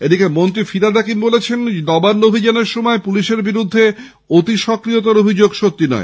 এদিকে মন্ত্রী ফিরহাদ হাকিম বলেছেন নবান্ন অভিযানের সময় পুলিশের বিরুদ্ধে অতি সক্রিয়তার অভিযোগ সত্যি নয়